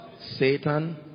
Satan